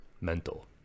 mental